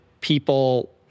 People